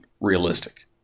realistic